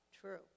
True